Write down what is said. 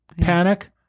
Panic